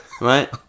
right